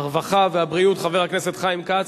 הרווחה והבריאות חבר הכנסת חיים כץ.